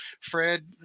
Fred